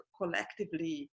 collectively